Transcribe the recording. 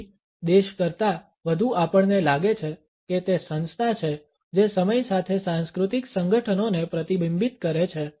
તેથી દેશ કરતાં વધુ આપણને લાગે છે કે તે સંસ્થા છે જે સમય સાથે સાંસ્કૃતિક સંગઠનોને પ્રતિબિંબિત કરે છે